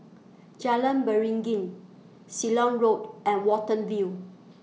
Jalan Beringin Ceylon Road and Watten View